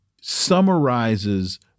summarizes